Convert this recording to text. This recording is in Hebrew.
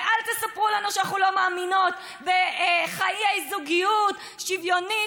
ואל תספרו לנו שאנחנו לא מאמינות בחיי זוגיות שוויונית,